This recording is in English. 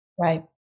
Right